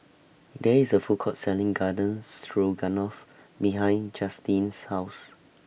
There IS A Food Court Selling Garden Stroganoff behind Justyn's House